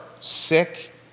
sick